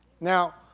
Now